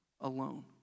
alone